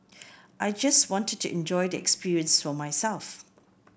I just wanted to enjoy the experience for myself